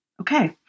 Okay